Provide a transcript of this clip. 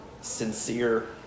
sincere